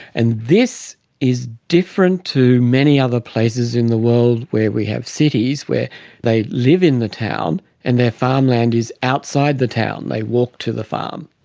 and this is different to many other places in the world where we have cities where they live in the town and their farmland is outside the town, they walked to the farm.